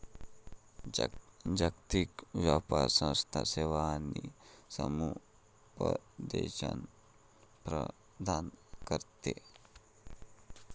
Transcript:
जागतिक व्यापार संस्था सेवा आणि समुपदेशन प्रदान करते